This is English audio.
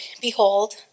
behold